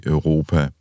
Europa